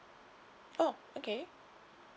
oh okay